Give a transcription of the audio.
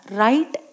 right